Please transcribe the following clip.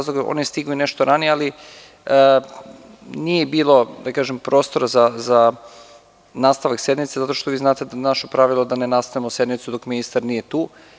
Stigao je nešto ranije, ali nije bilo prostora za nastavak sednice, zato što vi znate naša pravila da ne nastavljamo sednicu dok ministar nije tu.